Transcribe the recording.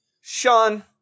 Sean